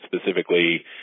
specifically